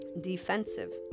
defensive